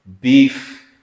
beef